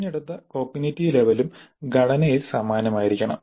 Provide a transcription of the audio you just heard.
തിരഞ്ഞെടുത്ത കോഗ്നിറ്റീവ് ലെവലും ഘടനയിൽ സമാനമായിരിക്കണം